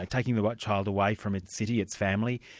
like taking the but child away from its city, its family,